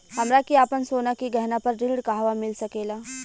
हमरा के आपन सोना के गहना पर ऋण कहवा मिल सकेला?